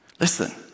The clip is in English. Listen